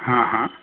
हां हां